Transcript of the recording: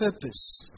purpose